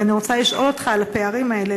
ואני רוצה לשאול אותך על הפערים האלה.